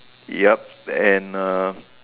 yup and uh